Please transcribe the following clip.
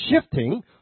shifting